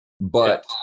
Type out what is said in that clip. but-